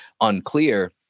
unclear